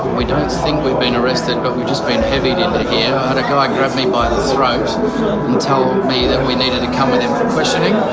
we don't think we've been arrested, but we've just been heavied into here. and a guy grabbed me by the throat, and told me that we needed to come ah in for questioning,